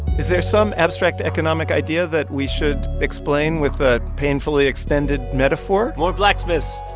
is there some abstract economic idea that we should explain with a painfully extended metaphor? more blacksmiths.